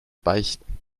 beichten